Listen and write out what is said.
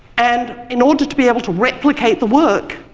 and in order to be able to replicate the work,